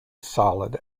solid